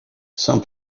some